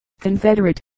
Confederate